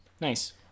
Nice